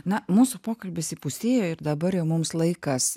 na mūsų pokalbis įpusėjo ir dabar jau mums laikas